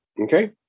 okay